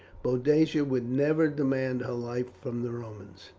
boadicea would never demand her life from the romans.